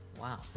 Wow